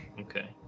Okay